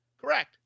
correct